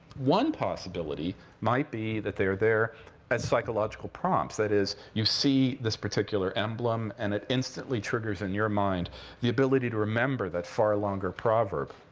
one possibility might be that they're there as psychological prompts. that is, you see this particular emblem, and it instantly triggers in your mind the ability to remember that far longer proverb.